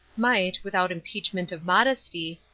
might, without impeachment of modesty,